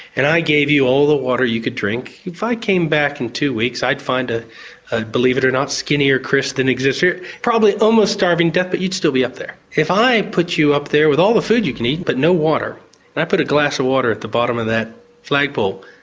and i gave you all the water you could drink, if i came back in two weeks i'd find, ah ah believe it or not, a skinnier chris than exists here, probably almost starving to death, but you'd still be up there. if i put you up there with all the food you can eat but no water and i put a glass of water at the bottom of that flagpole,